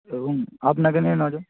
এবং আপনাকে নিয়ে নজন